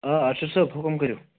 آ ارشد صٲب حُکُم کٔرِو